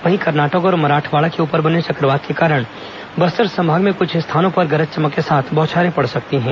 वहीं कर्नाटक और मराठवाड़ा के ऊपर बने चक्रवात के कारण बस्तर संभाग में कुछ स्थानों पर गरज चमक के साथ बौछारें पड़ सकती हैं